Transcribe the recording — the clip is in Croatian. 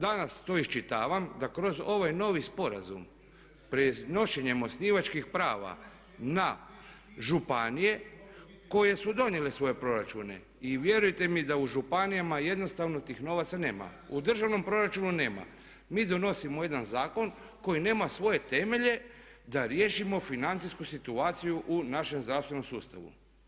Danas to iščitavam da kroz ovaj novi sporazum prenošenjem osnivačkih prava na županije koje su donijele svoje proračune i vjerujte mi da u županijama jednostavno tih novaca nema, u državnom proračunu nema, mi donosimo jedan zakon koji nema svoje temelje da riješimo financijsku situaciju u našem zdravstvenom sustavu.